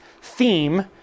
theme